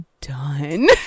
done